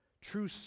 True